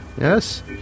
yes